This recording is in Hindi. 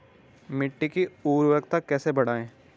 मिट्टी की उर्वरकता कैसे बढ़ायें?